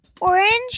orange